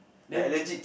then